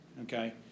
okay